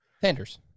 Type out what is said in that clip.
Sanders